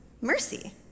mercy